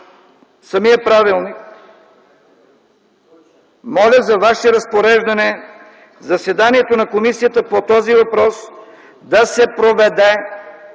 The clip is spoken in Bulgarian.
самия правилник, моля за Ваше разпореждане заседанието на комисията по този въпрос да се проведе